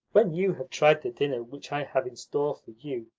when you have tried the dinner which i have in store for you,